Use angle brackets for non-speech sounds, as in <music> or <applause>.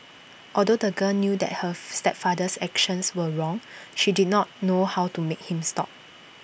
although the girl knew that her <noise> stepfather's actions were wrong she did not know how to make him stop